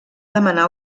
demanar